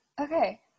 okay